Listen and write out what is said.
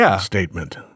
statement